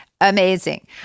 amazing